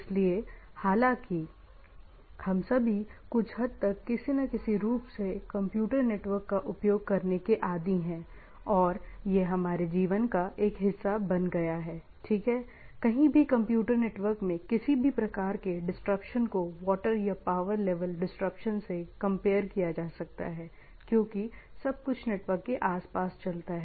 इसलिए हालांकि हम सभी कुछ हद तक किसी न किसी रूप में कंप्यूटर नेटवर्क का उपयोग करने के आदी है और यह हमारे जीवन का एक हिस्सा बन गया है ठीक है कहीं भी कंप्यूटर नेटवर्क में किसी भी प्रकार के डिस्ट्रपशन को वाटर या पावर लेवल डिस्ट्रपशन से कंपेयर किया जा सकता है क्योंकि सब कुछ नेटवर्क के आसपास चलता है